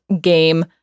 game